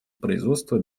производства